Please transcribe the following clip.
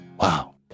Wow